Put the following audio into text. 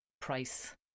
price